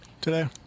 today